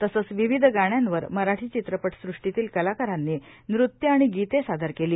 तसंच विविध गाण्यांवर मराठी चित्रपट सृष्टीतील कलाकारांनी नृत्य आणि गीते सादर केली